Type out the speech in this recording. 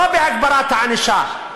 לא על הגברת הענישה,